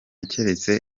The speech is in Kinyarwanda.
keretse